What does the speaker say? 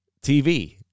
TV